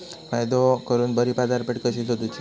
फायदो करून बरी बाजारपेठ कशी सोदुची?